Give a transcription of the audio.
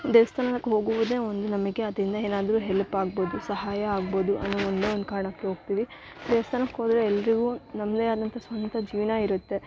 ದೇವ್ಸ್ಥಾನಕ್ಕೆ ಹೋಗುವುದೇ ಒಂದು ನಂಬಿಕೆ ಅದರಿಂದ ಏನಾದರೂ ಹೆಲ್ಪ್ ಆಗ್ಬೋದು ಸಹಾಯ ಆಗ್ಬೋದು ಅನ್ನೋ ಒಂದೇ ಒಂದು ಕಾರಣಕ್ಕೆ ಹೋಗ್ತಿವಿ ದೇವ್ಸ್ಥಾನಕ್ಕೆ ಹೋದ್ರೆ ಎಲ್ಲರಿಗೂ ನಮ್ಮದೇ ಆದಂಥ ಸ್ವಂತ ಜೀವನ ಇರುತ್ತೆ